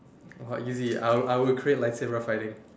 oh easy I will I'll create light saber fighting